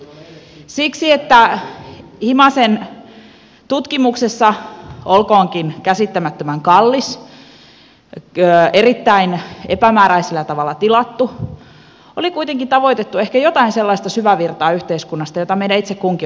siksi että himasen tutkimuksessa olkoonkin käsittämättömän kallis erittäin epämääräisellä tavalla tilattu oli kuitenkin tavoitettu ehkä jotain sellaista syvävirtaa yhteiskunnasta jota meidän itse kunkin olisi syytä pohtia